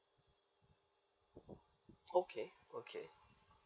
okay okay